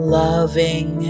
loving